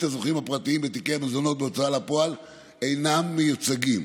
הזוכים הפרטיים בתיקי מזונות בהוצאה לפועל אינם מיוצגים,